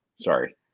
Sorry